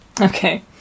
Okay